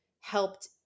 helped